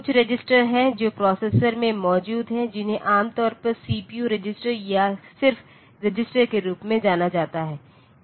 कुछ रजिस्टर हैं जो प्रोसेसर में मौजूद हैं जिन्हें आमतौर पर सीपीयू रजिस्टर या सिर्फ रजिस्टर के रूप में जाना जाता है